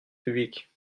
publiques